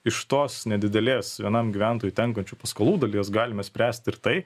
iš tos nedidelės vienam gyventojui tenkančių paskolų dalies galime spręsti ir tai